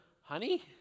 Honey